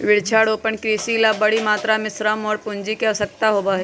वृक्षारोपण कृषि ला बड़ी मात्रा में श्रम और पूंजी के आवश्यकता होबा हई